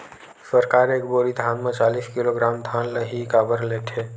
सरकार एक बोरी धान म चालीस किलोग्राम धान ल ही काबर लेथे?